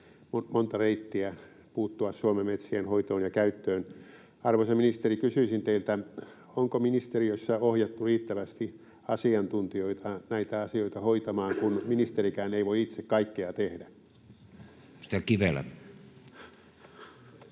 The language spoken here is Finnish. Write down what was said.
monta reittiä puuttua Suomen metsien hoitoon ja käyttöön. Arvoisa ministeri, kysyisin teiltä: onko ministeriössä ohjattu riittävästi asiantuntijoita näitä asioita hoitamaan, kun ministerikään ei voi itse kaikkea tehdä? [Speech